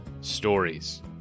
stories